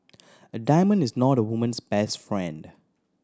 a diamond is not a woman's best friend